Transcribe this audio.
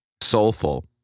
soulful